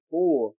Four